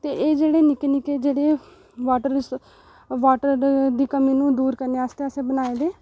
ते एह् जेह्ड़े निक्के निक्के एह् जेह्ड़े वाटर रिस वाटर दी कमी नूं दूर करने आस्तै असें बनाए दे